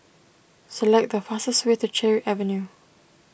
select the fastest way to Cherry Avenue